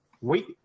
wait